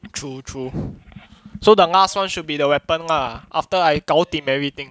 true true so the last one should be the weapon lah after I gao dim everything